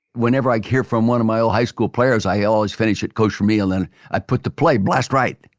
whenever i hear from one of my old high school players, i always finish it coach vermeil, and i put the play blast right.